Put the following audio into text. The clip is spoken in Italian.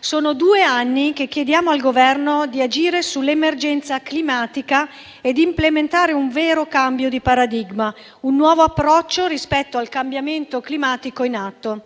sono due anni che chiediamo al Governo di agire sull'emergenza climatica e implementare un vero cambio di paradigma, un nuovo approccio rispetto al cambiamento climatico in atto.